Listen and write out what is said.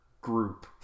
group